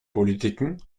politiken